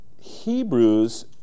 Hebrews